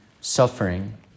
suffering